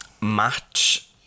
match